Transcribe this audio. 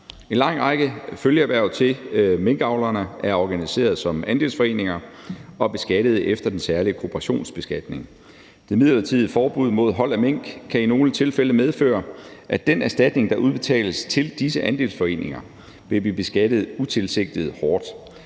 En lang række følgeerhverv til minkavlerne er organiseret som andelsforeninger og er beskattet efter den særlige kooperationsbeskatning. Det midlertidige forbud mod hold af mink kan i nogle tilfælde medføre, at den erstatning, der udbetales til disse andelsforeninger, vil blive beskattet utilsigtet hårdt.